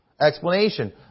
explanation